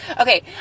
Okay